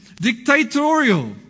dictatorial